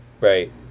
right